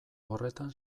horretan